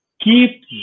keep